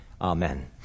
amen